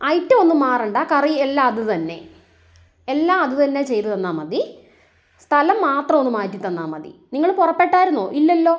item ഒന്നും മാറണ്ട കറി എല്ലാം അതു തന്നെ എല്ലാം അതു തന്നെ ചെയ്തു തന്നാൽ മതി സ്ഥലം മാത്രം ഒന്നു മാറ്റി തന്നാമതി നിങ്ങൾ പൊറപ്പെട്ടാരുന്നോ ഇല്ലല്ലോ